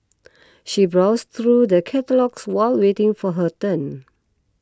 she browsed through the catalogues while waiting for her turn